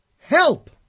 Help